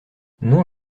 non